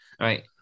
Right